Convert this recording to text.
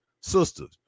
sisters